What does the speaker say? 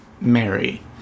Mary